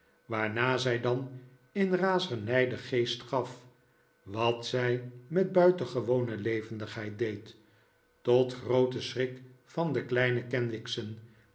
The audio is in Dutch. waarna zij dan in razernij den geest gaf wat zij met buitengewone levendigheid deed tot grooten schrik van de kleine kenwigs'en